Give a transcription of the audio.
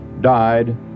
died